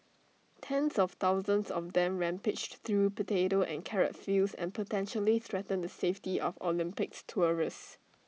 tens of thousands of them rampage through potato and carrot fields and potentially threaten the safety of Olympics tourists